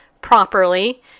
properly